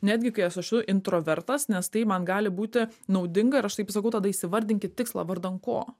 netgi kai aš esu introvertas nes tai man gali būti naudinga ir aš taip sakau tada įsivardinkit tikslą vardan ko